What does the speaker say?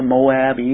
Moab